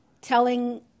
telling